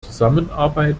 zusammenarbeit